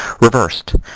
Reversed